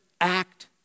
act